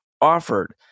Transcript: offered